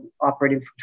operating